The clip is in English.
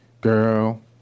Girl